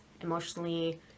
emotionally